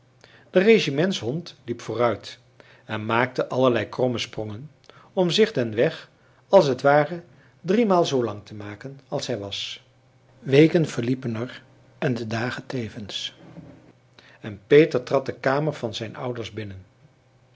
de regimentshond liep vooruit en maakte allerlei kromme sprongen om zich den weg als t ware driemaal zoolang te maken als hij was weken verliepen er en de dagen tevens en peter trad de kamer van zijn ouders binnen